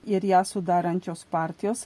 ir ją sudarančios partijos